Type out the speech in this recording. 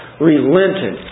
relented